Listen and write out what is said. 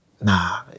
nah